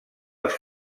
els